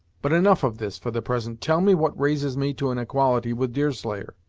but enough of this, for the present. tell me what raises me to an equality with deerslayer.